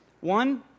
One